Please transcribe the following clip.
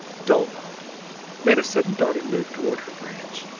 dulnop made a sudden darting move toward her branch,